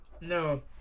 no